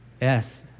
Yes